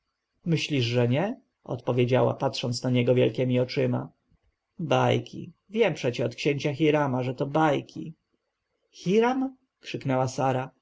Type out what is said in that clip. myślisz że nie odpowiedziała patrząc na niego wielkiemi oczyma bajki wiem przecie od księcia hirama że to bajki hiram krzyknęła sara